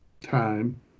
time